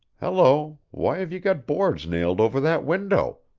hello, why have you got boards nailed over that window?